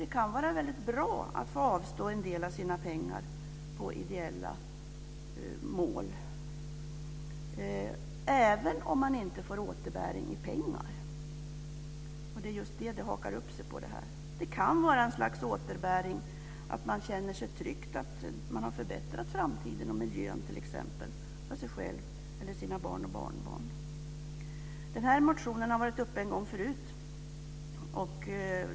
Det kan vara väldigt bra att få avstå en del av sina pengar till ideella ändamål, även om man inte får återbäring i pengar. Det är just det som det här bygger på. Det kan vara ett slags återbäring att få känna att man har bidragit till att förbättra framtiden och miljön för sig själv och sina barnbarn. Det här motionsförslaget har varit uppe till behandling en gång tidigare.